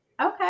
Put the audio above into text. Okay